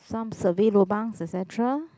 some survey lobangs et cetera